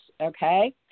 Okay